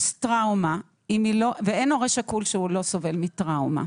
פוסט טראומה ואין הורה שכול שלא סובל מטראומה.